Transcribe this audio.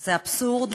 זה אבסורד,